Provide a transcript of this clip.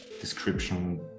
description